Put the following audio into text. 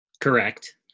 Correct